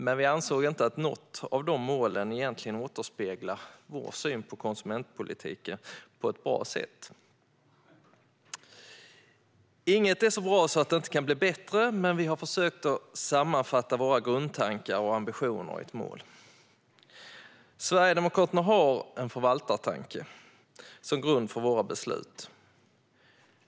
Men vi ansåg inte att något av de målen återspeglade vår syn på konsumentpolitiken på ett bra sätt. Inget är så bra att det inte kan bli bättre, men vi har försökt sammanfatta våra grundtankar och ambitioner i ett mål. Vi i Sverigedemokraterna har en förvaltartanke som grund för våra beslut.